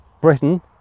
Britain